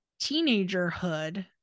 teenagerhood